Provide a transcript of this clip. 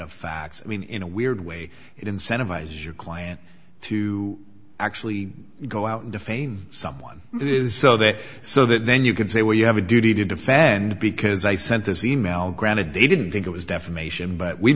of facts i mean in a weird way it incentivizes your client to actually go out and defame someone this is so that so that then you can say well you have a duty to defend because i sent this e mail granted they didn't think it was defamation but we